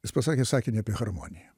jis pasakė sakinį apie harmoniją